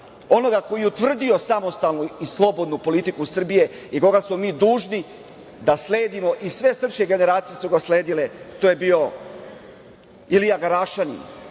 onoga koji je utvrdio samostalnu i slobodnu politiku Srbije i koga smo mi dužni da sledimo i sve srpske generacije su ga sledile, a to je bio Ilija Garašanin,